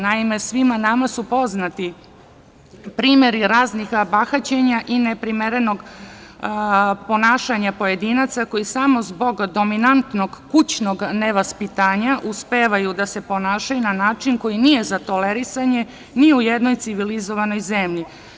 Naime, svima nama su poznati primeri raznih bahaćenja i neprimerenog ponašanja pojedinaca koji samo zbog dominantnog kućnog nevaspitanja uspevaju da se ponašaju na način koji nije za tolerisanje ni u jednoj civilizovanoj zemlji.